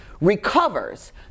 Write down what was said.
recovers